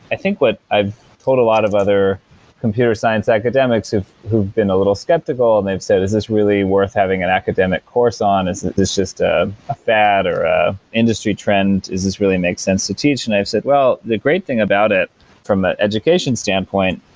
i think what i've thought a lot of other computer science academics who've who've been a little skeptical and they've said, is this really worth having an academic course on? is it just a a fad or a industry trend? does this really make sense to teach? and i've said, well, the great thing about it from a education standpoint,